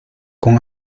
con